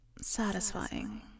satisfying